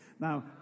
Now